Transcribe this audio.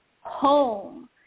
home